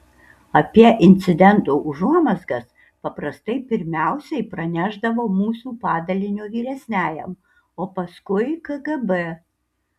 apie incidento užuomazgas paprastai pirmiausiai pranešdavo mūsų padalinio vyresniajam o paskui kgb